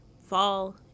Fall